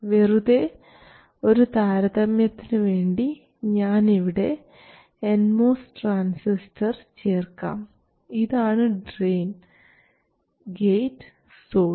വെറും ഒരു താരതമ്യത്തിന് വേണ്ടി ഞാൻ ഇവിടെ എൻ മോസ് ട്രാൻസിസ്റ്റർ ചേർക്കാം ഇതാണ് ഡ്രയിൻ ഗേറ്റ് സോഴ്സ്